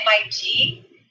MIT